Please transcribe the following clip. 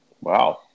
Wow